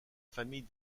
famille